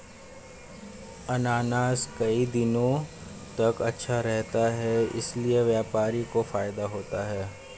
अनानास कई दिनों तक अच्छा रहता है इसीलिए व्यापारी को फायदा होता है